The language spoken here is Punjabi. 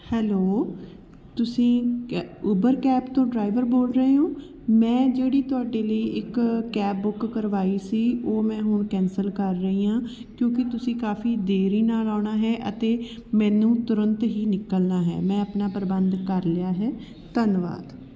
ਹੈਲੋ ਤੁਸੀਂ ਉਬਰ ਕੈਬ ਤੋਂ ਡਰਾਇਵਰ ਬੋਲ ਰਹੇ ਹੋ ਮੈਂ ਜਿਹੜੀ ਤੁਹਾਡੇ ਲਈ ਇੱਕ ਕੈਬ ਬੁੱਕ ਕਰਵਾਈ ਸੀ ਉਹ ਮੈਂ ਹੁਣ ਕੈਂਸਲ ਕਰ ਰਹੀ ਹਾਂ ਕਿਉਂਕਿ ਤੁਸੀਂ ਕਾਫੀ ਦੇਰੀ ਨਾਲ ਆਉਣਾ ਹੈ ਅਤੇ ਮੈਨੂੰ ਤੁਰੰਤ ਹੀ ਨਿਕਲਣਾ ਹੈ ਮੈਂ ਆਪਣਾ ਪ੍ਰਬੰਧ ਕਰ ਲਿਆ ਹੈ ਧੰਨਵਾਦ